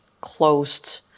closed